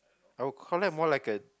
I will collect more like a